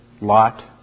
Lot